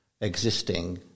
existing